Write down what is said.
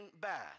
bad